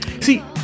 See